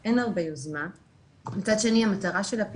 זה לא אומר שאין לנו הסתכלות על עוד אוכלוסיות ואז בעצם